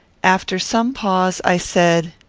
after some pause, i said,